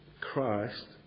Christ